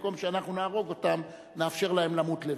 במקום שנהרוג אותם נאפשר להם למות לבד.